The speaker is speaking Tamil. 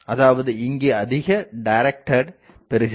அதாவது இங்கே அதிக டைரக்ட் பெறுகிறது